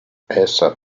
essa